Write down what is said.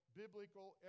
biblical